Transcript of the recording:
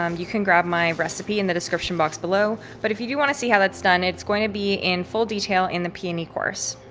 um you can grab my recipe in the description box below, but if you do want to see how that's done, it's going to be in full detail in the peony course.